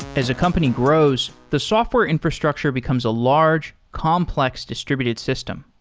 as a company grows, the software infrastructure becomes a large complex distributed system.